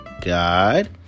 God